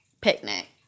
picnic